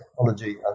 technology